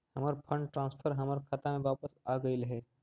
हमर fund transfer हमर खाता में वापस आगईल हे